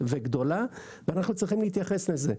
וגדולה ואנחנו צריכים להתייחס לזה.